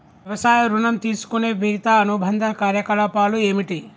వ్యవసాయ ఋణం తీసుకునే మిగితా అనుబంధ కార్యకలాపాలు ఏమిటి?